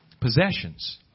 possessions